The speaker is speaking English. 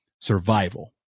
survival